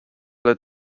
led